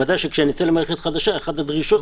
ודאי שכשנצא למערכת חדשה אחת הדרישות שם זה נגישות.